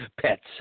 pets